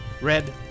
Red